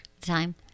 time